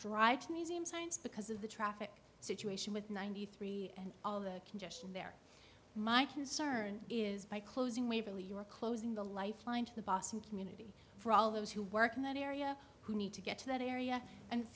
to museum science because of the traffic situation with ninety three and all the congestion there my concern is by closing we believe you are closing the lifeline to the boston community for all those who work in that area who need to get to that area and